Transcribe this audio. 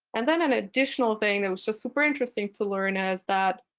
and then an additional thing that was just super interesting to learn is that,